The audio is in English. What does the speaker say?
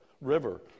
River